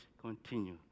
continue